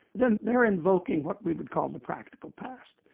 then they're invoking what we would call the practical past.